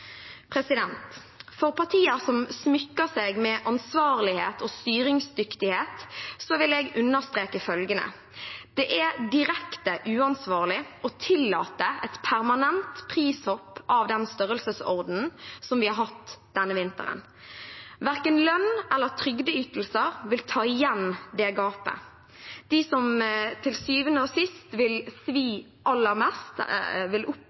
For partier som smykker seg med ansvarlighet og styringsdyktighet, vil jeg understreke følgende: Det er direkte uansvarlig å tillate et permanent prishopp i den størrelsesordenen vi har hatt denne vinteren. Hverken lønn eller trygdeytelser vil ta igjen det gapet. De som til syvende og sist vil oppleve det aller mest, er